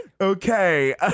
okay